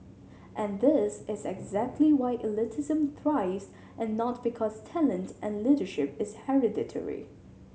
and this is exactly why elitism thrives and not because talent and leadership is hereditary